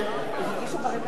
וירדה מסדר-היום.